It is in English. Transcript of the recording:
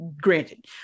granted